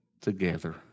together